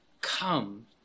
come